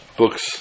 books